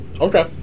Okay